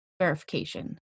verification